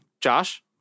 Josh